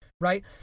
Right